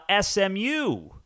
SMU